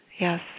Yes